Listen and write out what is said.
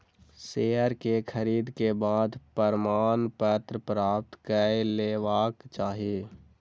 share के खरीद के बाद प्रमाणपत्र प्राप्त कय लेबाक चाही